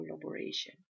collaboration